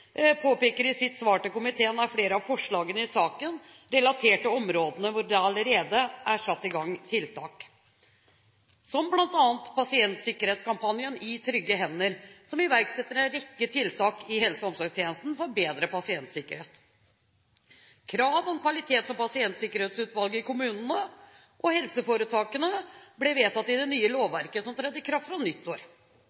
påpeker i sitt svar til komiteen, er flere av forslagene i saken relatert til områder hvor det allerede er satt i gang tiltak, som bl.a. pasientsikkerhetskampanjen «I trygge hender», som iverksetter en rekke tiltak i helse- og omsorgstjenesten for bedre pasientsikkerhet. Krav om kvalitets- og pasientsikkerhetsutvalg i kommunene og helseforetakene ble vedtatt i det nye